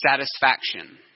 satisfaction